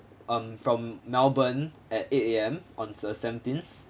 um from melbourne at eight A_M on the seventeenth